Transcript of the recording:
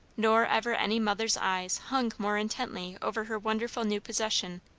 nor ever any mother's eyes hung more intently over her wonderful new possession.